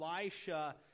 Elisha